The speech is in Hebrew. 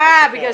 אה, בגלל